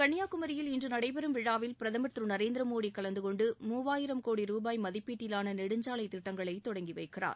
கள்ளியாகுமரியில் இன்று நடைபெறு விழாவில் பிரதமர் திரு நரேந்திர மோடி கலந்து கொண்டு மூவாயிரம் கோடி ரூபாய் மதிப்பீட்டில் நெடுஞ்சாலைத் திட்டங்களை தொடங்கி வைக்கிறார்